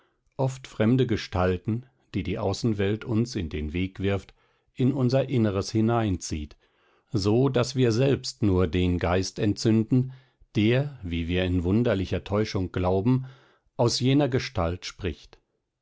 oft fremde gestalten die die außenwelt uns in den weg wirft in unser inneres hineinzieht so daß wir selbst nur den geist entzünden der wie wir in wunderlicher täuschung glauben aus jener gestalt spricht